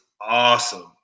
awesome